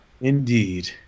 Indeed